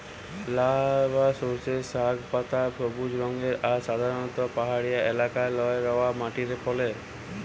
লাই বা সর্ষের শাক বা পাতা সবুজ রঙের আর সাধারণত পাহাড়িয়া এলাকারে লহা রওয়া মাটিরে ফলে